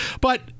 But-